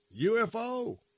UFO